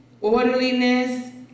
orderliness